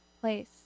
place